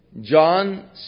John